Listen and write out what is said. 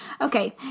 Okay